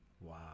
Wow